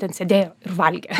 ten sėdėjo ir valgė